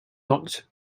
not